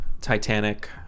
Titanic